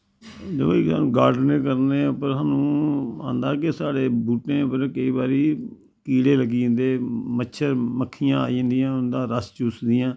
दिक्खो जी गार्डनिंग करने उप्पर साह्नू आंदा कि साढ़े बूह्टें उप्पर केई बारी कीड़े लग्गी जंदे मच्छर मक्खियां आई जंदियां उन्दा रस चूसदियां